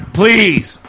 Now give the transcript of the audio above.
please